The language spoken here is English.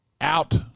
out